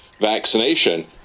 vaccination